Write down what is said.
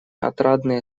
отрадные